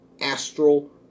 astral